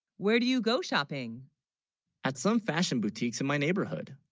where do you go shopping at, some fashion boutiques in my neighborhood